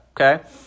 okay